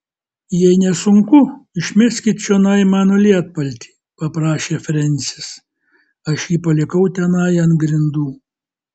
jei nesunku išmeskit čionai mano lietpaltį paprašė frensis aš jį palikau tenai ant grindų